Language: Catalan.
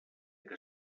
que